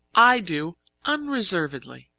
i do unreservedly.